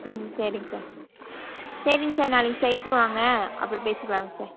ம் சரிங் சார் சரிங் சார் நாளைக்கு சைட்டு வாங்க அப்புறம் பேசிக்கலாங் சார்